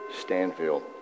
Stanfield